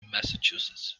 massachusetts